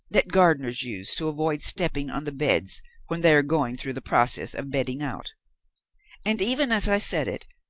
that gardeners use to avoid stepping on the beds when they are going through the process of bedding out and even as i said it,